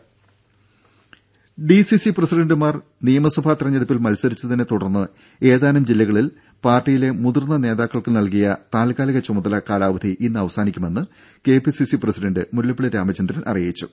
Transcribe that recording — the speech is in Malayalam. ദേദ ഡി സി സി പ്രസിഡണ്ടുമാർ നിയമസഭാ തെരഞ്ഞെടുപ്പിൽ മത്സരിച്ചതിനെ തുടർന്ന് ഏതാനും ജില്ലകളിൽ പാർട്ടിയിലെ മുതിർന്ന നേതാക്കൾക്ക് നല്കിയ താൽക്കാലിക ചുമതല കാലാവധി ഇന്ന് അവസാനിക്കുമെന്ന് K P C C president Mullappally Ramachandran അറിയിച്ചു